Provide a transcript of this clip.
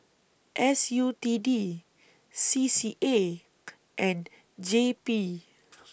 S U T D C C A and J P